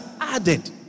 added